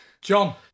John